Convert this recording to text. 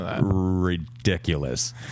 ridiculous